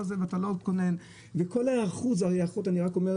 כל ההיערכות שצריכה להיות